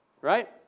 Right